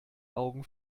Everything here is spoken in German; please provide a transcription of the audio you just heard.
augen